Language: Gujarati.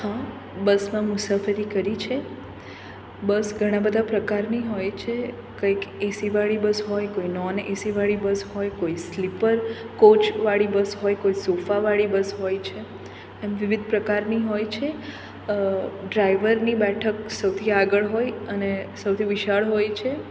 હા બસમાં મુસાફરી કરી છે બસ ઘણા બધા પ્રકારની હોય છે કંઈક એસીવાળી બસ હોય કોઈ નોન એસીવાળી બસ હોય કોઈ સ્લીપર કોચવાળી બસ હોય કોઈ સોફાવાળી બસ હોય છે એમ વિવિધ પ્રકારની હોય છે ડ્રાઈવરની બેઠક સૌથી આગળ હોય અને સૌથી વિશાળ હોય છે